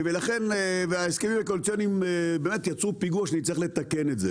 וההסכמים הקואליציוניים יצרו פיגוע שנצטרך לתקן אותו.